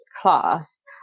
class